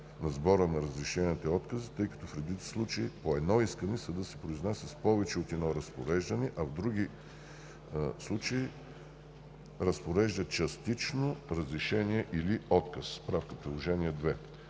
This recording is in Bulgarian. от броя на разрешенията и отказите, тъй като в редица случаи по едно искане съдът се произнася с повече от едно разпореждане, а в други случаи разпорежда частично разрешение или отказ. Справка Приложение 2.